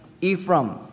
Ephraim